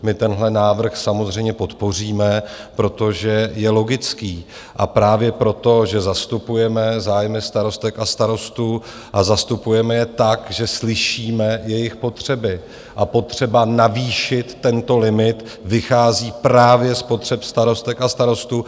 My tenhle návrh samozřejmě podpoříme, protože je logické a právě proto, že zastupujeme zájmy starostek a starostů a zastupujeme je tak, že slyšíme jejich potřeby, a potřeba navýšit tento limit vychází právě z potřeb starostek a starostů.